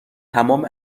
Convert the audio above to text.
تمام